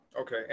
Okay